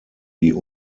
die